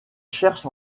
cherche